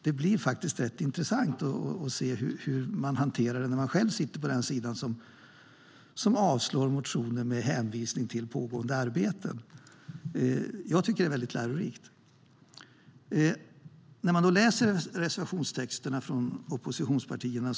Det är faktiskt rätt intressant att se hur den hanteras när man själv sitter på den sida som avslår motioner med hänvisning till pågående arbete. Jag tycker att det är väldigt lärorikt.